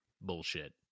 bullshit